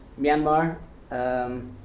Myanmar